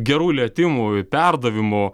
gerų lietimų perdavimų